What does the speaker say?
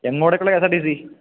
എങ്ങോട്ടേക്കുള്ള K S R T C